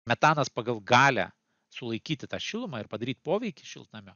metanas pagal galią sulaikyti tą šilumą ir padaryti poveikį šiltnamio